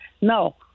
No